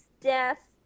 death